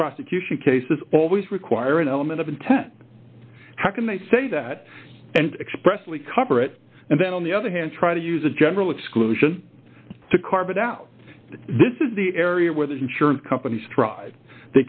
prosecution cases always require an element of intent how can they say that and expressly cover it and then on the other hand try to use a general exclusion to carve it out this is the area where the insurance companies tr